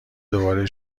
دوباره